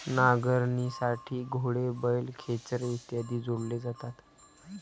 नांगरणीसाठी घोडे, बैल, खेचरे इत्यादी जोडले जातात